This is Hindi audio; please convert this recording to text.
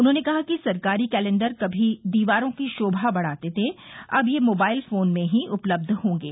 उन्होंने कहा कि सरकारी कैलेंडर कभी दीवारों की शोभा बढाते थे अब ये मोबाइल फोन में ही उपलब्ध होगें